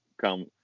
come